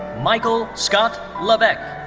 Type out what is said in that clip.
michael scott levesque.